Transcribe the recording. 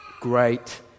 great